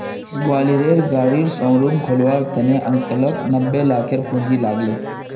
ग्वालियरेर गाड़ी शोरूम खोलवार त न अंकलक नब्बे लाखेर पूंजी लाग ले